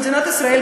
במדינת ישראל,